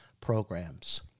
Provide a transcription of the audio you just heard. programs